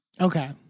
Okay